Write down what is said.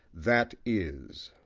that is.